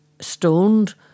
stoned